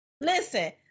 listen